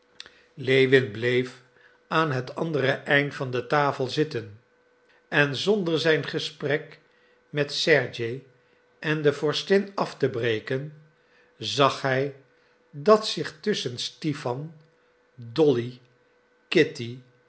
lewin bleef aan het andere eind van de tafel zitten en zonder zijn gesprek met sergej en de vorstin af te breken zag hij dat zich tusschen stipan dolly